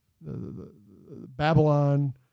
Babylon